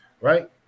Right